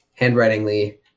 handwritingly